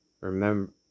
Remember